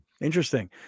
Interesting